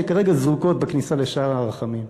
שכרגע זרוקות בכניסה לשער הרחמים.